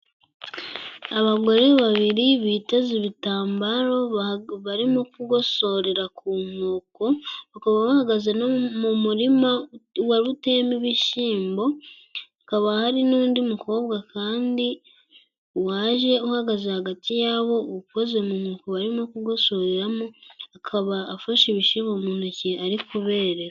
Abagore babiri biteze ibitambaro ,barimo kugosorera ku nkoko ,bakaba bahagaze no mu murima wari uteyemo ibishyimbo hakaba hari n'undi mukobwa kandi ,waje uhagaze hagati yabo uko mu mifuka barimo kugosoreramo ,akaba afashe ibishyimbo mu ntoki arimo kubereka.